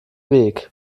weg